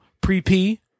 pre-p